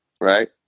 right